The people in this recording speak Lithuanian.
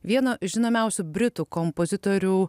vieno žinomiausių britų kompozitorių